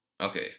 Okay